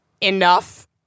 enough